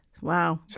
Wow